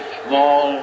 small